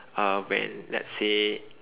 uh when let's say